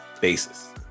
basis